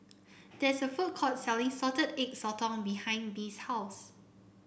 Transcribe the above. there is a food court selling Salted Egg Sotong behind Bee's house